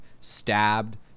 stabbed